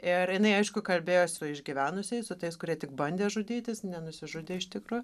ir jinai aišku kalbėjo su išgyvenusiais su tais kurie tik bandė žudytis nenusižudė iš tikro